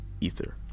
Ether